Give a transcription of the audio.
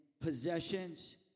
possessions